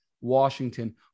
washington